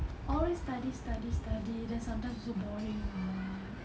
always study study study then sometimes also boring what